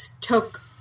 took